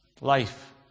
Life